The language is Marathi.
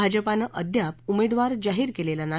भाजपानं अद्याप उमेदवार जाहिर केलेला नाही